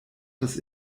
das